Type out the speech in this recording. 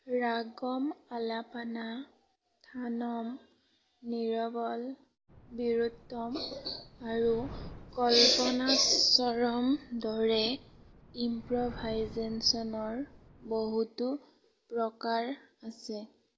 ৰাগম আলাপানা থানম নিৰৱল বিৰুত্তম আৰু কল্পনাস্বৰম দৰে ইম্প্ৰ'ভাইজেচনৰ বহুতো প্ৰকাৰ আছে